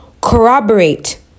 corroborate